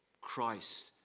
Christ